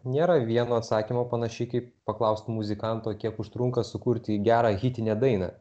nėra vieno atsakymo panašiai kaip paklausti muzikanto kiek užtrunka sukurti gerą hitinę dainą